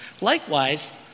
Likewise